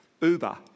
Uber